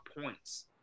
points